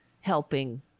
helping